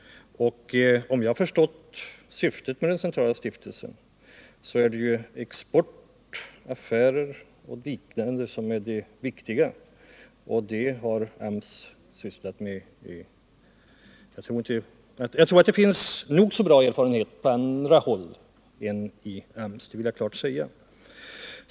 Om jag har rätt förstått syftet med den centrala stiftelsen, är det exportaffärer och liknande saker som anses viktigast, och sådant har AMS också sysslat med. Men jag tror ändå att det finns väl så goda erfarenheter på annat håll än inom AMS; det vill jag klart säga.